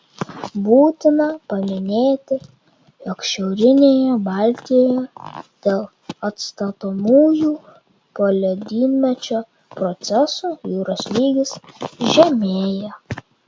būtina paminėti jog šiaurinėje baltijoje dėl atstatomųjų poledynmečio procesų jūros lygis žemėja